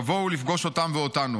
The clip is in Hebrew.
תבואו לפגוש אותם ואותנו.